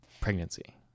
pregnancy